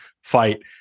fight